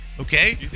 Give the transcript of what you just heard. Okay